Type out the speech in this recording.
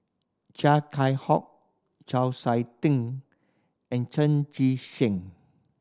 Chia Keng Hock Chau Sik Ting and Chan Chee Seng